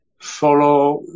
follow